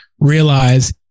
realize